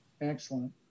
excellent